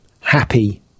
happy